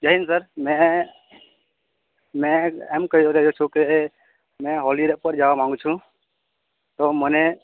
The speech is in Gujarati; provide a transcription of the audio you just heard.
જયહિન્દ સર મેં મેં એમ કહી રહ્યો છું કે મેં હોલીડે પર જવા માંગુ છું તો મને